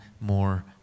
more